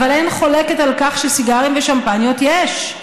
אבל אין חולקת על כך שסיגרים ושמפניות, יש.